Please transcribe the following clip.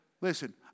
Listen